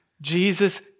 Jesus